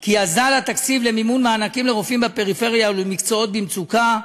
כי אזל התקציב למימון מענקים לרופאים בפריפריה ולמקצועות במצוקה.